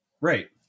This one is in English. Right